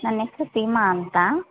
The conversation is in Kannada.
ನನ್ನ ಹೆಸ್ರು ಸೀಮಾ ಅಂತ